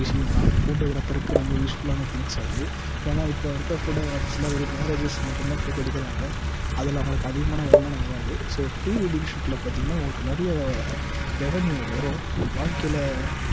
விஷயந்தான் ஃபோட்டோகிராபருக்கு ரொம்ப யூஸ்ஃபுல்லான திங்க்ஸ் அது ஏன்னா இப்போ இருக்க ஃபோட்டோகிராஃபர்ஸுலாம் வெறும் மேரேஜஸ் மட்டுந்தான் ஃபோட்டோ எடுக்கிறாங்க அதில் அவங்களுக்கு அதிகமான வருமானம் வராது ஸோ ப்ரீ வெட்டிங் ஷூட்டில் பார்த்தீங்கன்னா அவங்களுக்கு நிறையா ரெவின்யூ வரும் வாழ்க்கையில்